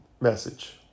message